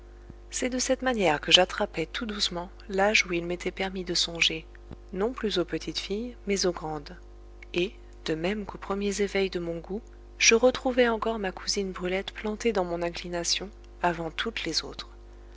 c'est de cette manière que j'attrapai tout doucement l'âge où il m'était permis de songer non plus aux petites filles mais aux grandes et de même qu'aux premiers éveils de mon goût je retrouvai encore ma cousine brulette plantée dans mon inclination avant toutes les autres